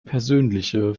persönliche